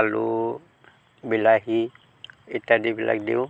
আলু বিলাহী ইত্যাদিবিলাক দিওঁ